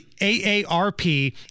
aarp